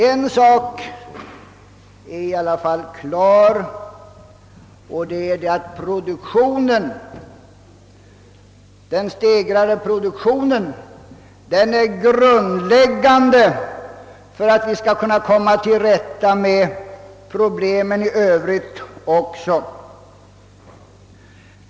En sak är i alla fall klar, nämligen att den stegrade produktionen är grundläggande för att vi också skall kunna komma till rätta med problemen i övrigt.